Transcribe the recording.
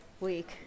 week